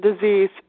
disease